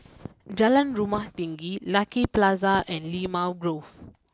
Jalan Rumah Tinggi Lucky Plaza and Limau Grove